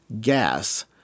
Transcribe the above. gas